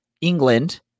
England